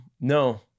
No